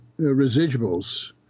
residuals